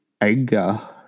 anger